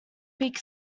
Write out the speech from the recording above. peak